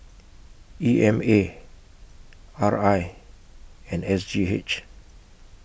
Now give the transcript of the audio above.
E M A R I and S G H